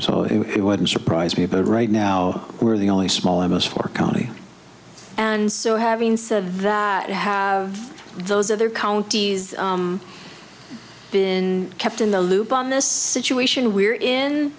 so it wouldn't surprise me but right now we're the only small amounts for county and so having said that have those other counties been kept in the loop on this situation we're in